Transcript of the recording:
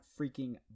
freaking